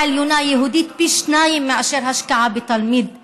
עליונה יהודי היא פי שניים מאשר בתלמיד הערבי,